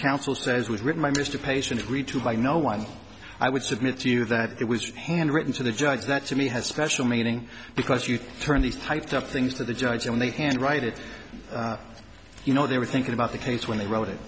counsel says was written by mr patient agreed to by no one i would submit to you that it was hand written to the judge that to me has special meaning because you turn these types of things to the judge and they can write it you know they were thinking about the case when they wrote it